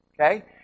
Okay